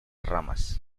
ramas